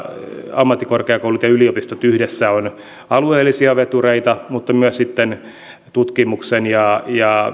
ammattikorkeakoulut ja yliopistot yhdessä ovat alueellisia vetureita mutta myös tutkimuksen ja